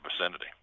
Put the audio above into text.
vicinity